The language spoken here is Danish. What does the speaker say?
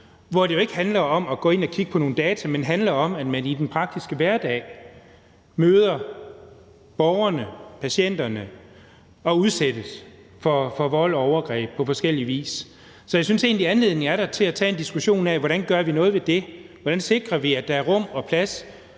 hvor det jo ikke handler om at gå ind og kigge på nogle data, men det handler om, at man i den praktiske hverdag møder borgerne, patienterne og udsættes for vold og overgreb på forskellig vis. Så jeg synes egentlig, anledningen er der til at tage en diskussion af, hvordan vi gør noget ved det, hvordan vi sikrer, at der er rum og plads